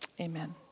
Amen